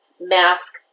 mask